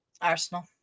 arsenal